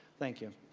thank you.